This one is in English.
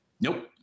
Nope